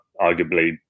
arguably